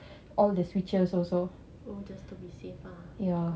just to be safe ah